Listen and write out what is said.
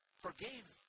forgave